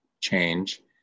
change